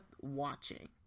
watching